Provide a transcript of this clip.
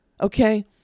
okay